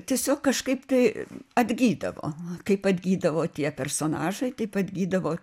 tiesiog kažkaip tai atgydavo kaip atgydavo tie personažai taip atgydavo